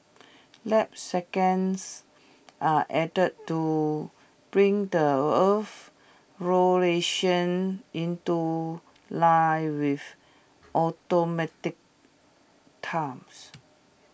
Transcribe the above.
leap seconds are added to bring the Earth's rotation into line with automatic times